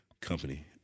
company